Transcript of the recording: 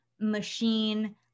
machine